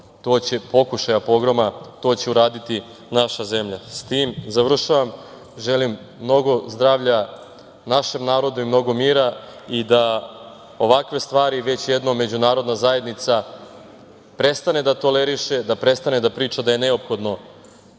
pokušaja pogroma, to će uraditi naša zemlja. Želim mnogo zdravlja našem narodu i mnogo mira i da ovakve stvari već jednom međunarodna zajednica prestane da toleriše, da prestane da priča da je neophodno